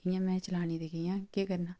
कि'यां में चलानी ते कि'यां केह् करना